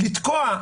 לתקוע,